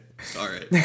Sorry